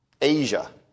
Asia